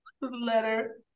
letter